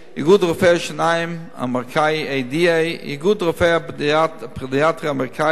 איגוד רופאי השיניים האמריקני ADA. איגוד רופאי הפדיאטריה האמריקני,